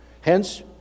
Hence